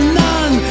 none